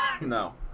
No